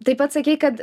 taip pat sakei kad